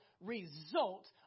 result